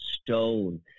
stone